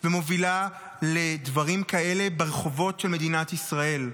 ומובילה לדברים כאלה ברחובות של מדינת ישראל.